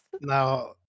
now